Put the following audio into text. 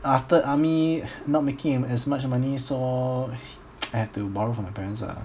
after army not making as much money so I have to borrow from my parents ah